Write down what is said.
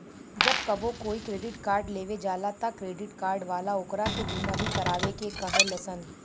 जब कबो कोई क्रेडिट कार्ड लेवे जाला त क्रेडिट कार्ड वाला ओकरा के बीमा भी करावे के कहे लसन